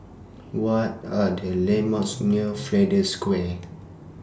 What Are The landmarks near Flanders Square